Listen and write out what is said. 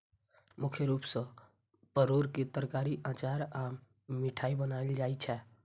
मुख्य रूप सं परोर के तरकारी, अचार आ मिठाइ बनायल जाइ छै